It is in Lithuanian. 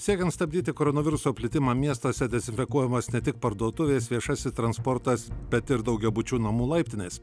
siekiant stabdyti koronaviruso plitimą miestuose dezinfekuojamos ne tik parduotuvės viešasis transportas bet ir daugiabučių namų laiptinės